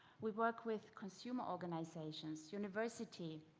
we work with consumer organizations, university,